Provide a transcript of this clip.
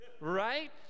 right